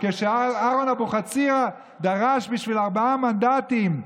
כשאהרון אבוחצירה דרש בשביל ארבעה מנדטים,